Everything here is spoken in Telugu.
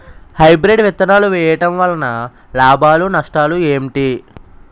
హైబ్రిడ్ విత్తనాలు వేయటం వలన లాభాలు నష్టాలు ఏంటి?